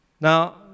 Now